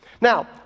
Now